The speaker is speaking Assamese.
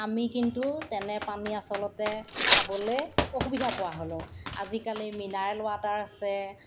আমি কিন্তু তেনে পানী আচলতে খাবলে অসুবিধা পোৱা হ'লো আজিকালি মিনাৰেল ৱাটাৰ আছে